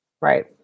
Right